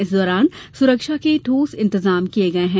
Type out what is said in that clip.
इस दौरान सुरक्षा के ठोस इंतजाम किये गये हैं